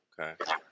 Okay